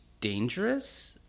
dangerous